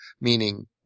meaning